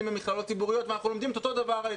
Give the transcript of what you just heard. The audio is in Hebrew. במכללות ציבוריות ואנחנו לומדים את אותו דבר,